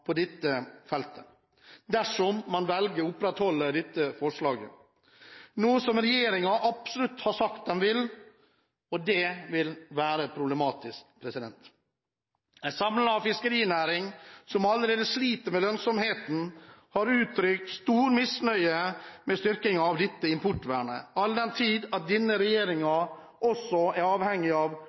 på dette feltet dersom man velger å opprettholde dette forslaget, noe regjeringen absolutt har sagt den vil. Det vil være problematisk. En samlet fiskerinæring, som allerede sliter med lønnsomheten, har uttrykt stor misnøye med styrkingen av dette importvernet all den tid denne regjeringen også er avhengig av